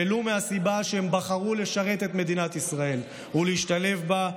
ולו מהסיבה שהם בחרו לשרת את מדינת ישראל ולהשתלב בה,